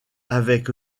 avec